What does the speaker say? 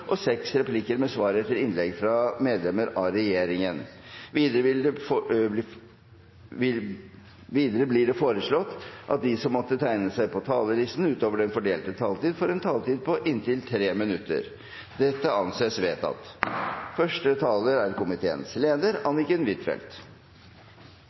og seks replikker med svar etter innlegg fra medlemmer av regjeringen innenfor den fordelte taletid. Videre blir det foreslått at de som måtte tegne seg på talerlisten utover den fordelte taletid, får en taletid på inntil 3 minutter. – Dette anses vedtatt. Jeg tror det er